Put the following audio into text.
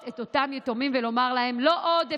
את אותם יתומים ולומר להם: לא עוד הפקרות.